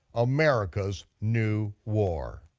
america's new war.